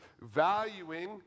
valuing